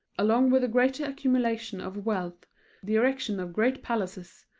along with the greater accumulation of wealth the erection of great palaces,